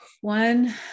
One